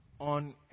on